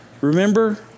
Remember